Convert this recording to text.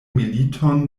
militon